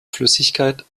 flüssigkeit